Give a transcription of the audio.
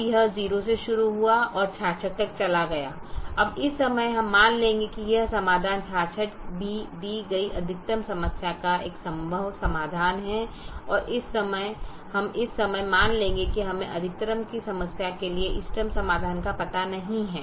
अब यह 0 से शुरू हुआ और 66 तक चला गया अब इस समय हम मान लेंगे कि यह समाधान 66 भी दी गई अधिकतम समस्या का एक संभव समाधान है और हम इस समय मान लेंगे कि हमें अधिकतमकरण की समस्या के लिए इष्टतम समाधान का पता नहीं है